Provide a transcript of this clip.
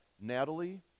Natalie